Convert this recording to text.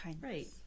Right